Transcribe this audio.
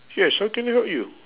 yes how can I help you